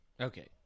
okay